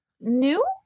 new